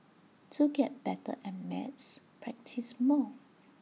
to get better at maths practise more